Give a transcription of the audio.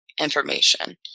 information